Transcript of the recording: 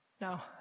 Now